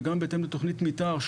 וגם בהתאם לתכנית מתאר,